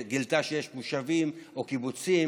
היא גילתה שיש גם מושבים או קיבוצים